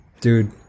dude